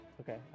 okay